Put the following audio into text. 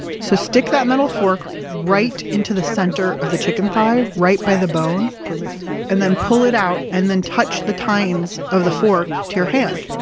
so, stick that metal fork right into the center of the chicken thigh, right by the and then pull it out, and then touch the tines of the fork to your hand,